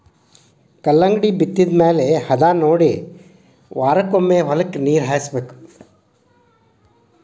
ಕಲ್ಲಂಗಡಿ ಬಿತ್ತಿದ ಮ್ಯಾಲ ಹದಾನೊಡಿ ವಾರಕ್ಕೊಮ್ಮೆ ಹೊಲಕ್ಕೆ ನೇರ ಹಾಸಬೇಕ